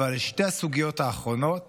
אבל שתי הסוגיות האחרונות